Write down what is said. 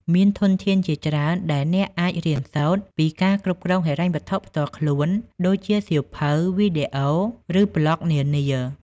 មានធនធានជាច្រើនដែលអ្នកអាចរៀនសូត្រពីការគ្រប់គ្រងហិរញ្ញវត្ថុផ្ទាល់ខ្លួន ដូចជាសៀវភៅ វីដេអូ ឬប្លក់នានា។